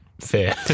fair